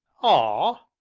ah!